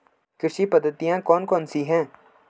कृषि पद्धतियाँ कौन कौन सी हैं?